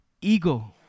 Ego